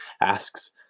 asks